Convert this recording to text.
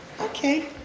Okay